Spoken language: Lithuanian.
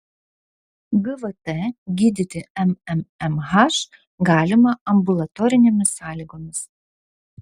gvt gydyti mmmh galima ambulatorinėmis sąlygomis